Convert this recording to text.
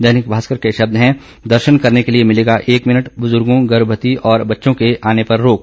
दैनिक भास्कर के शब्द हैं दर्शन करने के लिए मिलेगा एक मिनट बुजुर्गों गर्भवती तथा बच्चों के आने पर रोक